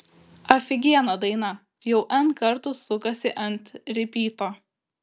afigiena daina jau n kartų sukasi ant ripyto